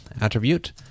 attribute